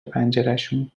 پنجرشون